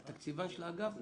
התקציבן של האגף?